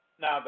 Now